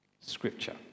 Scripture